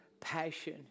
passion